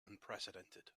unprecedented